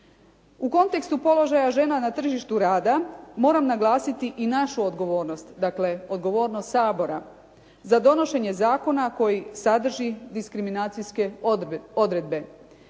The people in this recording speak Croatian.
U kontekstu položaja žena na tržištu rada, moram naglasiti i našu odgovornost dakle odgovornost Sabora za donošenje zakona koji sadrži diskriminacijske odredbe.